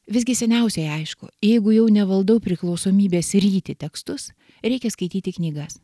visgi seniausiai aišku jeigu jau nevaldau priklausomybės ryti tekstus reikia skaityti knygas